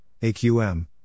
AQM